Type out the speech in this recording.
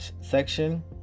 section